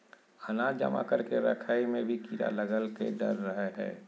अनाज जमा करके रखय मे भी कीड़ा लगय के डर रहय हय